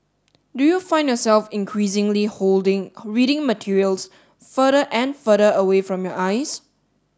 do you find yourself increasingly holding reading materials further and further away from your eyes